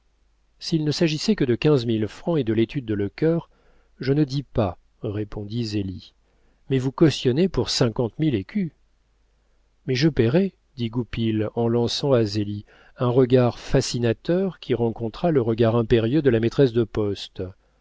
s'il ne s'agissait que de quinze mille francs et de l'étude de lecœur je ne dis pas répondit zélie mais vous cautionner pour cinquante mille écus mais je payerai dit goupil en lançant à zélie un regard fascinateur qui rencontra le regard impérieux de la maîtresse de poste